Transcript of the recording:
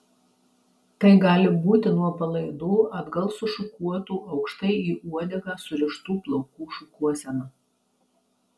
tai gali būti nuo palaidų atgal sušukuotų aukštai į uodegą surištų plaukų šukuosena